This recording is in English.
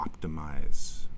optimize